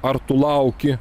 ar tu lauki